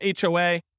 HOA